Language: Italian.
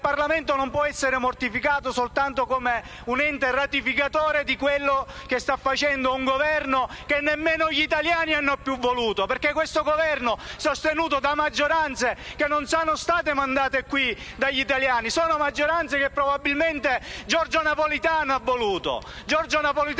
ma quest'ultimo non può essere mortificato soltanto come un ente ratificatore di quello che sta facendo un Governo che nemmeno gli italiani hanno più voluto. Questo Governo infatti è sostenuto da maggioranze che non sono state mandate qui dagli italiani; sono maggioranze che probabilmente Giorgio Napolitano ha voluto,